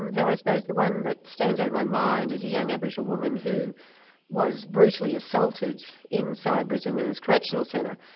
you know i suppose the one that stands out in my mind is a young aboriginal woman who was brutally assaulted inside brisbane women's correctional centre,